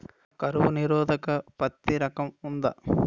కరువు నిరోధక పత్తి రకం ఉందా?